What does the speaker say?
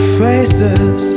faces